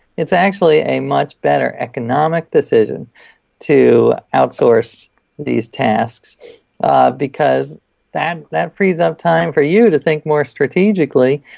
it's actually a much better economic decision to outsource these tasks because that that frees up time for you to think more strategically,